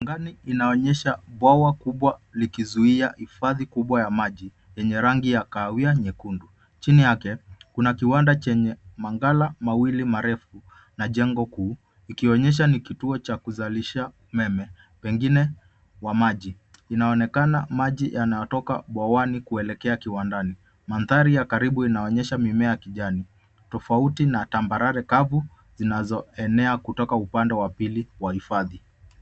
Ndani inaonyesha bwawa kubwa likizuia hifadhi kubwa ya maji yenye rangi ya kahawia nyekundu ,chini yake kuna kiwanda chenye magala mawili marefu na jengo kuu ikionyesha ni kituo cha kuzalisha umeme pengine wa maji, inaonekana maji yanayotoka bwawani kuelekea kiwandani mandhari ya karibu inaonyesha mimea ya kijani tofauti na tambarare kavu zinazoenea kutoka upande wa pili wa hifadhi.